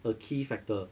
a key factor